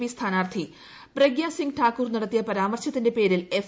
P സ്ഥാനാർത്ഥി പ്രഗ്യാസിങ് ഠാക്കൂർ നട ത്തിയ പരാമർശത്തിന്റെ പേരിൽ എഫ്